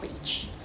reach